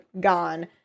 gone